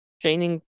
training